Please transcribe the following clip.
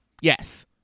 yes